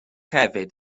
hefyd